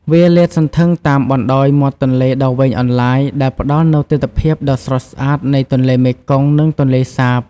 វាលាតសន្ធឹងតាមបណ្ដោយមាត់ទន្លេដ៏វែងអន្លាយ ដែលផ្ដល់នូវទិដ្ឋភាពដ៏ស្រស់ស្អាតនៃទន្លេមេគង្គ និងទន្លេសាប។